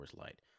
Light